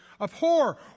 abhor